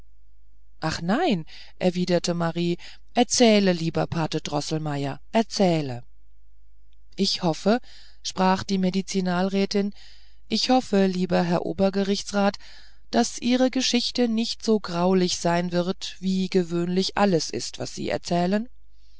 ach nein erwiderte marie erzähle lieber pate droßelmeier erzähle ich hoffe sprach die medizinalrätin ich hoffe lieber herr obergerichtsrat daß ihre geschichte nicht so graulich sein wird wie gewöhnlich alles ist was sie erzählen